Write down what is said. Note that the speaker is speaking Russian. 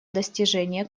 достижения